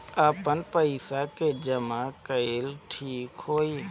आपन पईसा के जमा कईल ठीक होई?